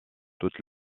toute